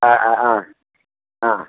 ആ ആ ആ അ